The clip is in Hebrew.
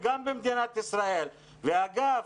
אגב,